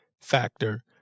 factor